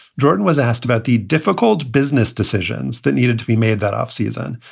jordan was asked about the difficult business decisions that needed to be made that offseason.